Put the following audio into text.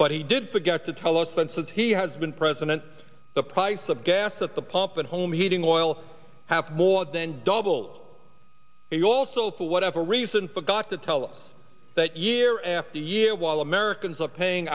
but he did forgot to tell us that says he has been president the price of gas at the pump and home heating oil have more than doubled he also for whatever reason forgot to tell us that year after year while americans are paying